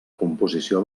composició